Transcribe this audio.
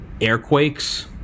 airquakes